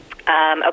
Okay